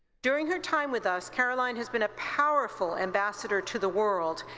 during her time with us, caroline has been a powerful ambassador to the world,